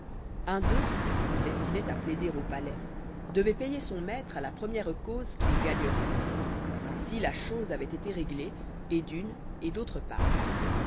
un d'eux qu'on destinoit à plaider au palais devoit payer son maître à la première cause qu'il gagnerait ainsi la chose avoit été réglée et d'une et d'aujre part